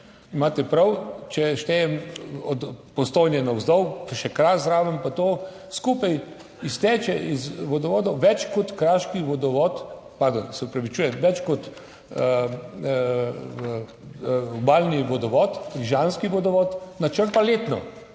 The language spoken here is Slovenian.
imate prav, če štejem od Postojne navzdol, pa še Kras zraven, pa to skupaj izteče iz vodovodov več kot kraški vodovod, pardon, se opravičujem, več kot v obalni vodovod, Rižanski vodovod, načrpa letno.